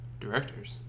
directors